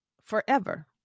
forever